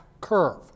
curve